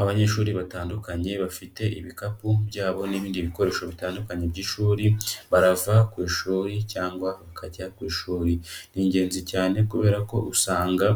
Abanyeshuri batandukanye bafite ibikapu byabo n'ibindi bikoresho bitandukanye by'ishuri, barava ku ishuri cyangwa bakajya ku ishuri. Ni ingenzi cyane kubera ko usanga